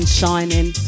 shining